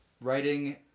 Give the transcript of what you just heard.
writing